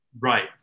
Right